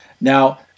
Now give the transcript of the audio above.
now